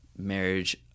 marriage